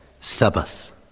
Sabbath